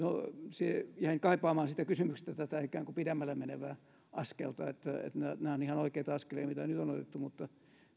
jäin kaipaamaan sitä kysymystä tätä ikään kuin pidemmälle menevää askelta nämä nämä ovat ihan oikeita askeleita mitä nyt on otettu mutta